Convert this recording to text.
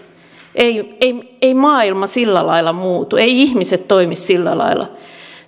ei ei maailma sillä lailla muutu eivät ihmiset toimi sillä lailla